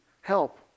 help